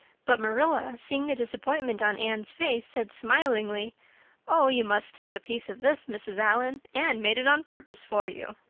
but marilla, seeing the disappointment on anne's face, said smilingly oh, you must take a piece of this, mrs. allan. anne made it on purpose for you.